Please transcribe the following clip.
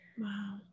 Wow